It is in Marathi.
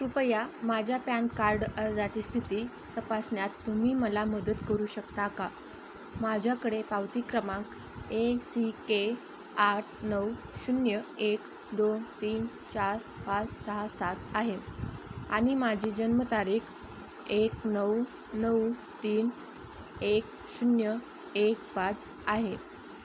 कृपया माझ्या पॅन कार्ड अर्जाची स्थिती तपासण्यात तुम्ही मला मदत करू शकता का माझ्याकडे पावती क्रमांक ए सी के आठ नऊ शून्य एक दोन तीन चार पाच सहा सात आहे आणि माझी जन्मतारीख एक नऊ नऊ तीन एक शून्य एक पाच आहे